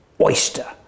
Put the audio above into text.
Oyster